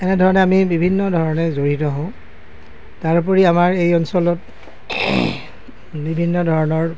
এনে ধৰণে আমি বিভিন্ন ধৰণে জড়িত হওঁ তাৰোপৰি আমাৰ এই অঞ্চলত বিভিন্ন ধৰণৰ